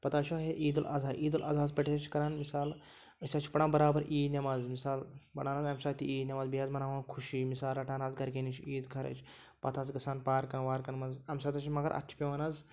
پَتہٕ حظ چھِ ہے عیٖدُ الضحیٰ عیٖدالضحیٰ پٮ۪ٹھ حظ چھِ کَران مِثال أسۍ حظ چھِ پَران بَرابَر عیٖد نٮ۪ماز مِثال پران حظ اَمہِ ساتہٕ تہِ عیٖد نٮ۪ماز بیٚیہِ حظ مناوان خوشی مِثال رَٹان حظ گَرِکٮ۪ن نِش عیٖد خَرٕچ پَتہٕ حظ گژھان پارکَن وارَکَن منٛز اَمہِ ساتہٕ حظ چھِ مگر اَتھ چھِ پٮ۪وان حظ